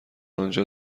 انجا